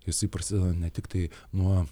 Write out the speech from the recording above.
jisai prasideda ne tiktai nuo